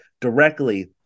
directly